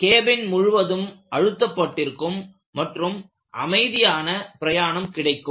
cabin முழுவதும் அழுத்தப்பட்டிருக்கும் மற்றும் அமைதியான பிரயாணம் கிடைக்கும்